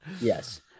Yes